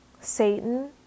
Satan